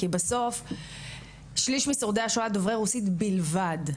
כי בסוף שליש משורדי השואה דוברי רוסית בלבד,